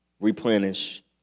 replenish